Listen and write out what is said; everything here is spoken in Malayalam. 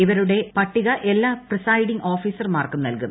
ഇവരുടെ പട്ടിക എല്ലാ പ്രിസൈഡിങ് ഓഫീസർമാർക്കും നൽകും